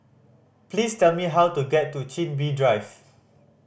please tell me how to get to Chin Bee Drive